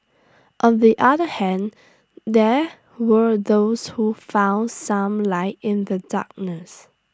on the other hand there were those who found some light in the darkness